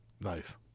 Nice